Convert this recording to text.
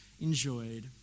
enjoyed